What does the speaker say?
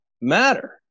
matter